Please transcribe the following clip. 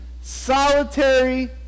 solitary